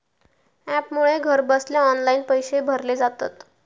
ॲपमुळे घरबसल्या ऑनलाईन पैशे भरले जातत